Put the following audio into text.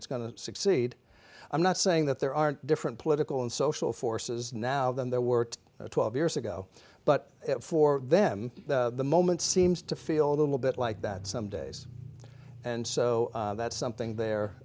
it's going to succeed i'm not saying that there aren't different political and social forces now than there were twelve years ago but for them the moment seems to feel a little bit like that some days and so that's something the